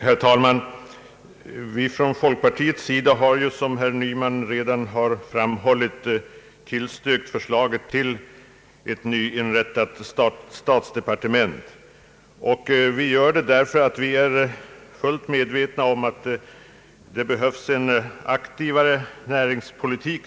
Herr talman! Vi i folkpartiet har, som herr Nyman redan framhållit, tillstyrkt förslaget till ett nyinrättat statsdepartement. Vi har gjort det därför att vi är medvetna om att inrättandet av ett sådant departement kan främja en aktiv näringspolitik.